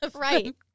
Right